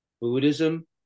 Buddhism